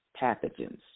pathogens